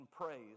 praise